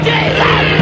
Jesus